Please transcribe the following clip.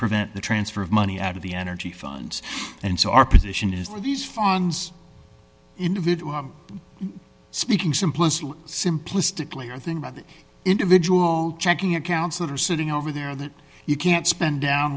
prevent the transfer of money out of the energy funds and so our position is that these funds individual speaking simplest simplistically or thing about individual checking accounts that are sitting over there that you can't spend down